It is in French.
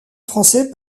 français